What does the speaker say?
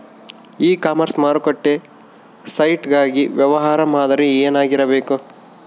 E commerce ಮಾರುಕಟ್ಟೆ site ಗಾಗಿ ವ್ಯವಹಾರ ಮಾದರಿ ಏನಾಗಿರಬೇಕು?